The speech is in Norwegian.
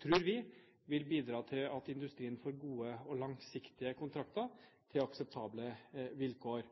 tror vi vil bidra til at industrien får gode og langsiktige kontrakter på akseptable vilkår.